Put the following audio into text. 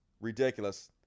Ridiculous